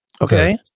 okay